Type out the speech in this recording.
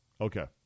Okay